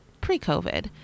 pre-COVID